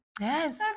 Yes